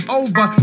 over